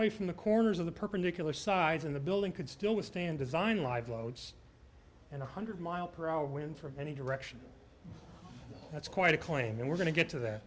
way from the corners of the perpendicular sides in the building could still withstand design live loads and one hundred mile per hour wind from any direction that's quite a claim and we're going to get to that